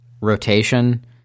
rotation